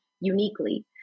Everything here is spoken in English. uniquely